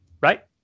right